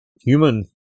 Human